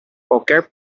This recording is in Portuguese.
qualquer